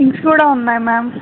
things కూడా ఉన్నాయ్ ma'am